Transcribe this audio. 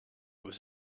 was